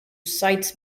sites